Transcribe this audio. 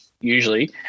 usually